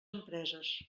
empreses